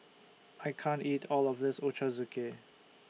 I can't eat All of This Ochazuke